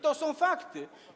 To są fakty.